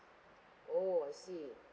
oh I see